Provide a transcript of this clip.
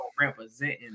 representing